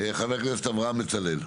חבר הכנסת אברהם בצלאל.